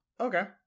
Okay